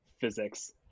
physics